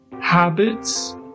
habits